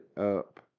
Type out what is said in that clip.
up